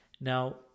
Now